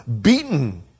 beaten